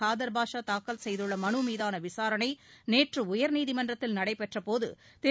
காதர்பாஷா தாக்கல் செய்துள்ள மலுமீதான விசாரணை நேற்று உயர்நீதிமன்றத்தில் நடைபெற்ற போது திரு